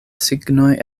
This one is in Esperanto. signoj